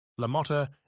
LaMotta